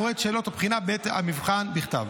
קריאת שאלות בעת המבחן בכתב.